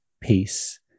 peace